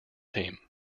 team